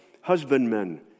husbandmen